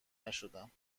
نشدم